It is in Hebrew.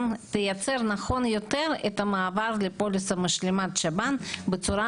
תייצר נכון יותר את המעבר לפוליסה משלימת שב"ן בצורה